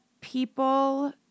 People